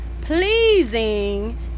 pleasing